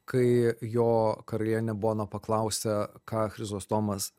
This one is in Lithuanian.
kai jo karalienė bona paklausia ką chrizostomas